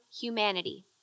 humanity